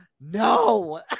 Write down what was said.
No